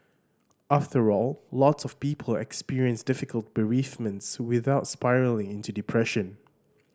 after all lots of people experience difficult bereavements without spiralling into depression